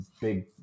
big